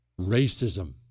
racism